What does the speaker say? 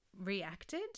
reacted